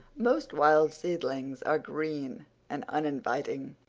most wild seedlings are green and uninviting.